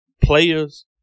players